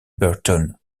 burton